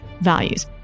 values